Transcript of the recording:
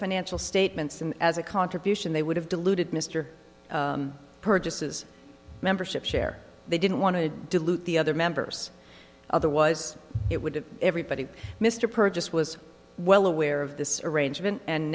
financial statements and as a contribution they would have diluted mr purchases membership share they didn't want to dilute the other members other was it would have everybody mr purchase was well aware of this arrangement and